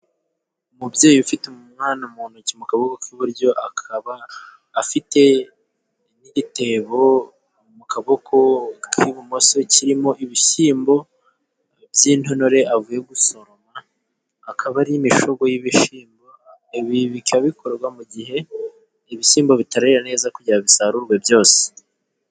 Umubyeyi ufite umwana mu ntoki mu kaboko kw'iburyo, akaba afite n'igitebo mu kaboko k'ibumoso, kirimo ibishyimbo by'intonore avuye gusoroma, akaba ari imishogwe y'ibishyimbo, ibi bikaba bikorwa mu gihe ibishyimbo bitarera neza, kugira ngo bisarurwe byose.